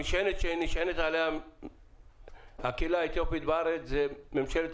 המשענת שנשענת עליה הקהילה האתיופית בארץ זה ממשלת